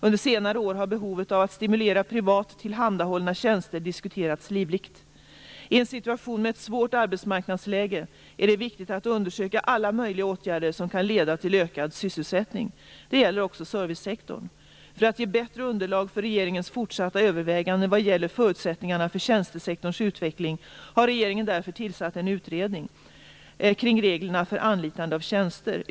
Under senare år har behovet av att stimulera privat tillhandahållna tjänster diskuterats livligt. I en situation med ett svårt arbetsmarknadsläge är det viktigt att undersöka alla möjliga åtgärder som kan leda till ökad sysselsättning. Det gäller också servicesektorn. För att ge bättre underlag för regeringens fortsatta överväganden vad gäller förutsättningarna för tjänstesektorns utveckling har regeringen därför tillsatt en utredning kring reglerna för anlitande av tjänster.